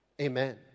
Amen